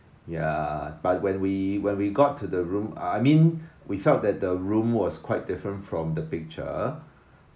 ya but when we when we got to the room uh I mean we felt that the room was quite different from the picture